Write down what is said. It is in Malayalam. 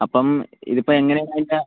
അപ്പം ഇതിപ്പം എങ്ങനെയാണതിൻ്റെ